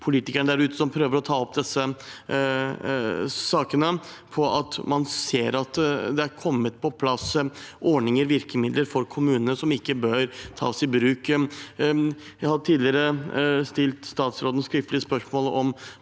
politikerne der ute som prøver å ta opp disse sakene, når man ser at det er kommet på plass ordninger og virkemidler for kommunene som ikke tas i bruk. Jeg har tidligere stilt statsråden skriftlig spørsmål om